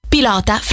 Pilota